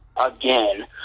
again